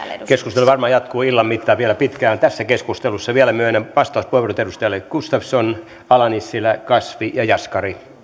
keskustelu varmaan jatkuu illan mittaan vielä pitkään tässä keskustelussa vielä myönnän vastauspuheenvuorot edustajille gustafsson ala nissilä kasvi ja jaskari